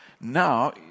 now